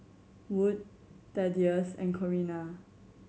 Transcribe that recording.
Wood Thaddeus and Corrina